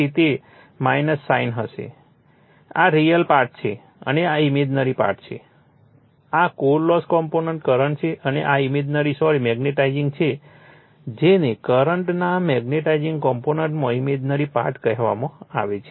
તેથી તે સાઇન હશે આ રીઅલ પાર્ટ છે અને આ ઇમેજનરી પાર્ટ છે આ કોર લોસ કોમ્પોનન્ટ કરંટ છે અને આ ઇમેજનરી સોરી મેગ્નેટાઈઝિંગ છે જેને કરંટના મેગ્નેટાઈઝિંગ કોમ્પોનન્ટમાં ઇમેજનરી પાર્ટ કહેવામાં આવે છે